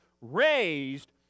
raised